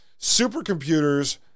Supercomputers